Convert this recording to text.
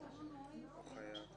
עושה